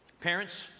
Parents